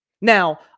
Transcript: Now